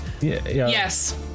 Yes